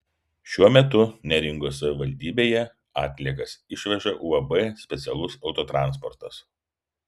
šiuo metu neringos savivaldybėje atliekas išveža uab specialus autotransportas